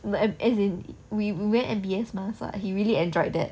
the as in we went M_B_S mah he really enjoyed that